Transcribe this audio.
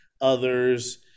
others